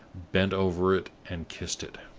bent over it and kissed it.